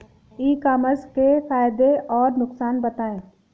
ई commerce के फायदे और नुकसान बताएँ?